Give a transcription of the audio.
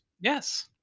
Yes